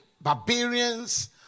barbarians